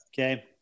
Okay